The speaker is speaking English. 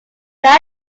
there